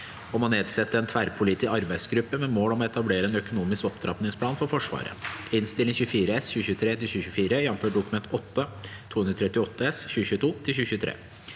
om å nedsette en tverrpolitisk arbeidsgruppe med mål om å etablere en økonomisk opptrappingsplan for Forsvaret (Innst. 24 S (2023–2024), jf. Dokument 8:238 S (2022–